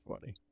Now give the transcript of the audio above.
funny